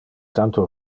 tanto